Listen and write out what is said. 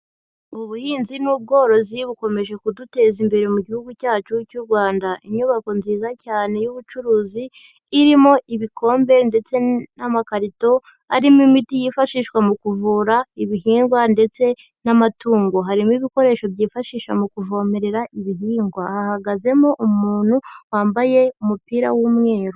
Ubuhinzi n'ubworozi bukomeje kuduteza imbere mu gihugu cyacu cy'u Rwanda, inyubako nziza cyane y'ubucuruzi irimo ibikombe ndetse n'amakarito arimo imiti yifashishwa mu kuvura ibihingwa ndetse n'amatungo. Harimo ibikoresho byifashisha mu kuvomerera ibihingwa, hahagazemo umuntu wambaye umupira w'umweru.